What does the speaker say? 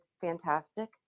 fantastic